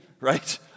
right